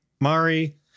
Mari